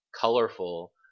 colorful